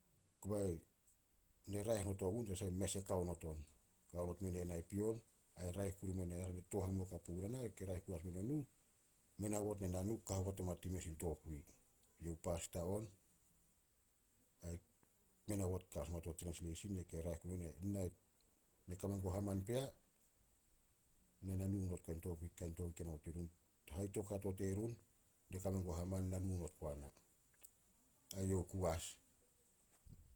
Kobai, ne raeh not ogun tanasah mes e kao not on. Kao not mene na pion ai raeh kuru mene hare ne tooh hamuo puguna na, ke raeh kuru as meno nuh, men aobot nenau ka haobot oma tin mes in tokui. Youh Pasta on ai men aobot ka as oma to trensleisin, youh ke raeh kuru meno nuh. Na kame guo haman pea, na na nu not guai tokui kain tokui ke namot dirun, hai toukato terun ne kame guo haman, na nu not guana. Ai youh oku as.